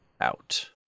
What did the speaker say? out